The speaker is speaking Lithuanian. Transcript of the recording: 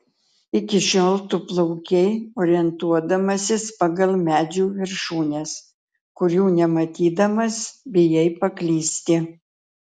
iki šiol tu plaukei orientuodamasis pagal medžių viršūnes kurių nematydamas bijai paklysti